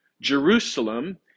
Jerusalem